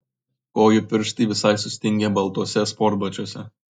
kojų pirštai visai sustingę baltuose sportbačiuose